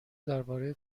درباره